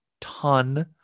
ton